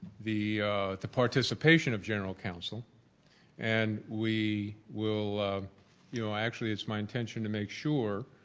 the the participation of general counsel and we will you know actually it's my intention to make sure